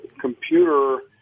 computer